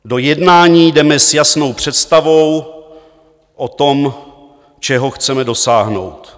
Do jednání jdeme s jasnou představou o tom, čeho chceme dosáhnout.